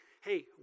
hey